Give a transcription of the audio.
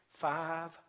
five